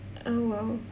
oh !wow!